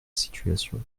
situation